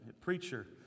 preacher